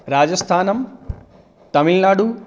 राजस्थानं तमिलनाडु